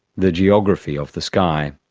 the geography of the sky.